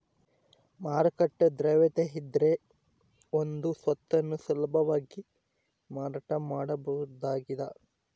ಮಾರುಕಟ್ಟೆ ದ್ರವ್ಯತೆಯಿದ್ರೆ ಒಂದು ಸ್ವತ್ತನ್ನು ಸುಲಭವಾಗಿ ಮಾರಾಟ ಮಾಡಬಹುದಾಗಿದ